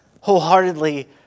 wholeheartedly